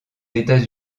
états